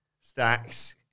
Stacks